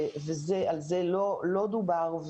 ועל זה לא דובר,